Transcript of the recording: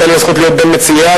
שהיתה לי הזכות להיות בין מציעיה,